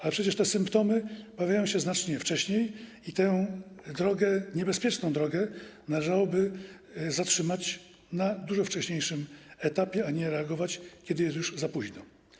A przecież symptomy pojawiają się tu znacznie wcześniej i podążanie tą niebezpieczną drogą należałoby zatrzymać na dużo wcześniejszym etapie, a nie reagować, kiedy jest już za późno.